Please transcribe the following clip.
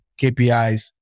KPIs